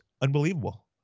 unbelievable